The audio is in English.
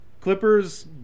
clippers